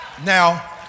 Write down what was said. Now